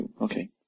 Okay